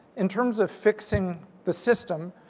in terms of fixing the system,